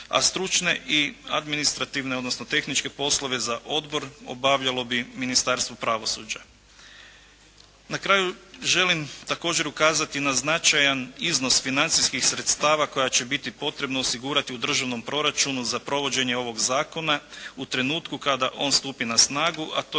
a stručne i administrativne odnosno tehničke poslove za odbor obavljalo bi Ministarstvo pravosuđa. Na kraju želim također ukazati na značajan iznos financijskih sredstava koja će biti potrebno osigurati u državnom proračunu za provođenje ovog zakona u trenutku kada on stupi na snagu